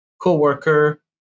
co-worker